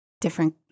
different